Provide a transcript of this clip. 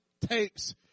takes